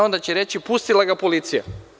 Onda će reći pustila ga policija.